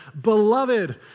Beloved